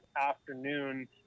afternoon